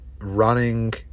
running